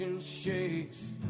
Shakes